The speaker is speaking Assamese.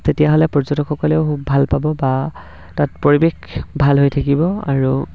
তেতিয়াহ'লে পৰ্যটকসকলেও খুব ভাল পাব বা তাত পৰিৱেশ ভাল হৈ থাকিব আৰু